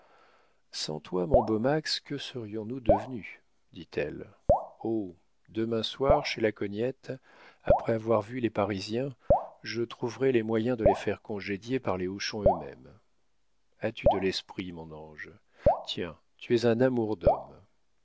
sans toi mon beau max que serions-nous devenus dit-elle oh demain soir chez la cognette après avoir vu les parisiens je trouverai les moyens de les faire congédier par les hochon eux-mêmes as-tu de l'esprit mon ange tiens tu es un amour d'homme